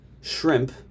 shrimp